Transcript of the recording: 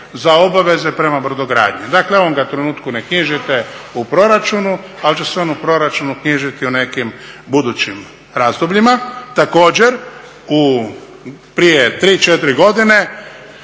za obaveze prema brodogradnji, dakle u ovom ga trenutku ne knjižite u proračunu ali će se on u proračunu knjižiti u nekim budućim razdobljima. Također prije 3, 4 godine